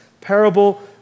parable